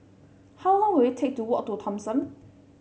how long will it take to walk to Thomson